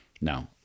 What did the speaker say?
no